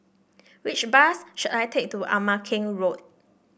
which bus should I take to Ama Keng Road